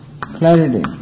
clarity